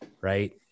Right